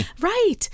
Right